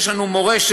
יש לנו מורשת